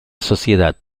sociedad